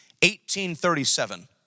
1837